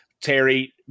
Terry